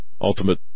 Ultimate